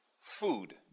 food